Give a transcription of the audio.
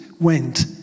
went